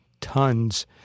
tons